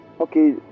Okay